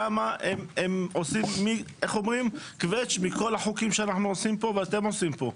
שם הם עושים קווץ' מכל החוקים שאנחנו עושים פה ואתם עושים פה.